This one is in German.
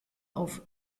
auf